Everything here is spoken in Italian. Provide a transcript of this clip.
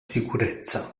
sicurezza